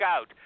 out